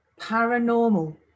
paranormal